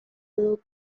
little